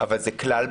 אבל זה כלל,